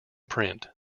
print